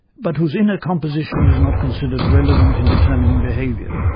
but whose inner composition is not considered relevant in determining behaviour.